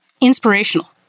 inspirational